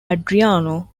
adriano